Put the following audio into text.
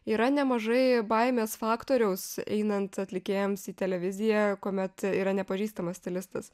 yra nemažai baimės faktoriaus einant atlikėjams į televiziją kuomet yra nepažįstamas stilistas